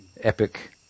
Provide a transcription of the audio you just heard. epic